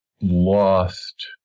lost